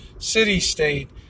city-state